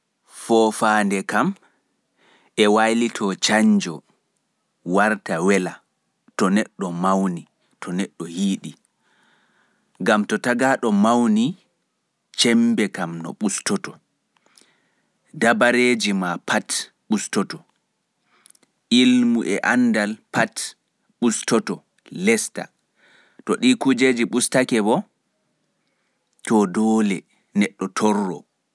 Foofande e wailito warta wela to neɗɗo hiiɗi. Gam to tagaaɗo mawni cemmbe ɓustoto, dabareeji ɓustoto. Ilmu e anndal fu ɓustoto.